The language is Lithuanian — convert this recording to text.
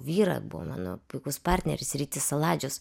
vyrą buvo mano puikus partneris rytis saladžius